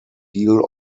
deal